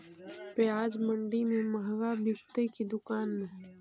प्याज मंडि में मँहगा बिकते कि दुकान में?